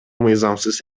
мыйзамсыз